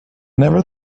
never